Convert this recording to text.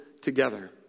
together